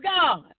God